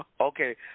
Okay